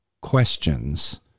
questions